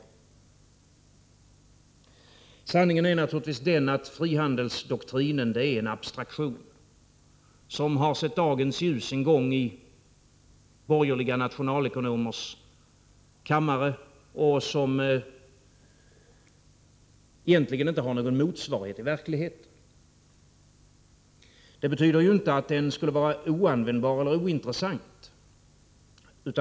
Sanningen är naturligtvis den att frihandelsdoktrinen är en abstraktion, som har sett dagens ljus i borgerliga nationalekonomers kammare och som egentligen inte har någon motsvarighet i verkligheten. Det betyder inte att den skulle vara oanvändbar eller ointressant.